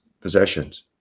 possessions